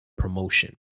Promotion